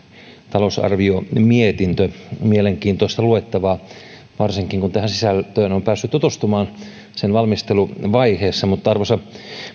talousarviomietintö mielenkiintoista luettavaa varsinkin kun tähän sisältöön on päässyt tutustumaan sen valmisteluvaiheessa arvoisa